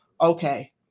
Okay